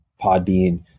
Podbean